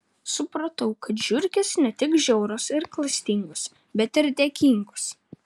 supratau kad žiurkės ne tik žiaurios ir klastingos bet ir dėkingos